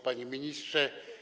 Panie Ministrze!